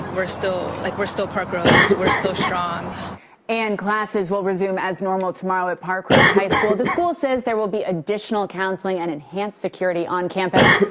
we're still like we're still parkrose. we're still strong. reporter and classes will resume as normal tomorrow at parkrose high school. the school says there will be additional counseling and enhanced security on campus.